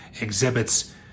exhibits